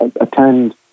attend